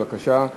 בבקשה.